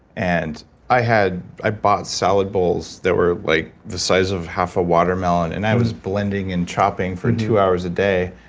and i i bought salad bowls that were like the size of half a watermelon. and i was blending and chopping for two hours a day.